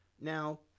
Now